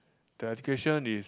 the education is